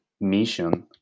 mission